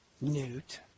Newt